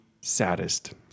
saddest